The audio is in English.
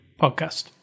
podcast